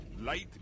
Light